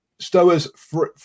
Stowers